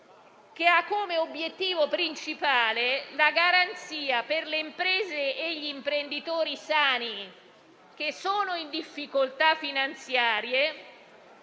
- ha come obiettivo principale la garanzia, per le imprese e gli imprenditori sani che sono in difficoltà finanziarie,